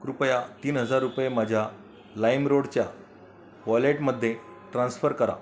कृपया तीन हजार रुपये माझ्या लाईमरोडच्या वॉलेटमध्ये ट्रान्स्फर करा